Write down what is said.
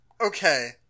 okay